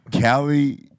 Callie